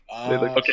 Okay